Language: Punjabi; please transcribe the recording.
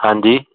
ਹਾਂਜੀ